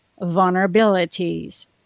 vulnerabilities